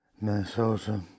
Minnesota